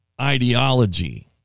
ideology